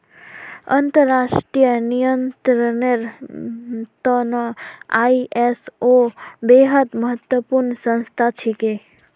अंतर्राष्ट्रीय नियंत्रनेर त न आई.एस.ओ बेहद महत्वपूर्ण संस्था छिके